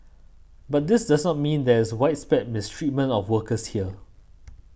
but this does not mean there is widespread mistreatment of workers here